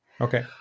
Okay